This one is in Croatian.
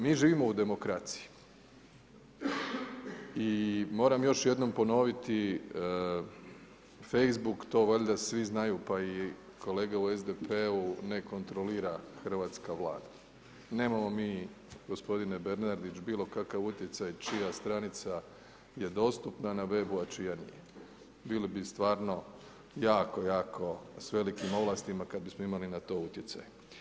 Mi živimo u demokraciji i moram još jednom ponoviti Facebook, to valjda svi znaju pa i kolege u SDP-u ne kontrolira hrvatska Vlada, nemamo mi gospodine Bernardić bilo kakav utjecaj čija stranica je dostupna na webu a čija nije, bili bi stvarno jako, jako s velikim ovlastima kad bismo imali na to utjecaj.